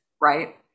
right